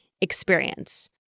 experience